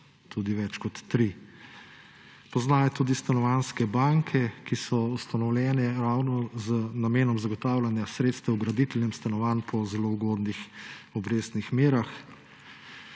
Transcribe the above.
tudi več kot tri. Poznajo tudi stanovanjske banke, ki so ustanovljene ravno z namenom zagotavljanja sredstev graditeljem stanovanj po zelo ugodnih obrestnih merah.